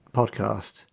podcast